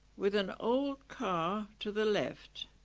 with an old car to the left